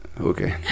okay